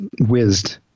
whizzed